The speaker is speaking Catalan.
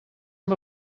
amb